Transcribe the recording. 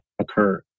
occur